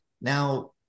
now